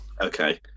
Okay